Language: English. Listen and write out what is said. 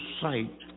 sight